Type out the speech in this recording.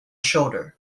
shoulders